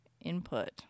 input